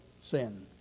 sin